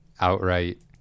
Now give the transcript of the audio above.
outright